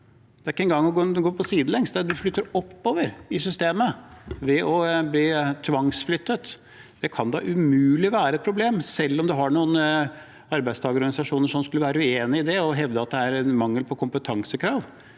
Det er ikke engang å gå sidelengs – man flytter oppover i systemet ved å bli tvangsflyttet. Det kan da umulig være et problem, selv om noen arbeidstakerorganisasjoner skulle være uenig i det og hevde at det er en mangel på kompetansekrav.